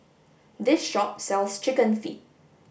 this shop sells chicken feet